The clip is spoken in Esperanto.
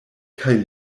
kaj